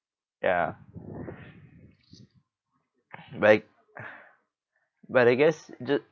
ya but but I guess ju~